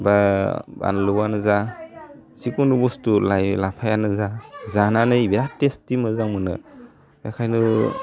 बा बानलुवानो जा जेखुनु बुस्थु लाइ लाफायानो जा जानानै बिराद थेस्थि मोजां मोनो बेखायनो